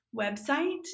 website